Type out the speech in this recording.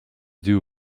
dew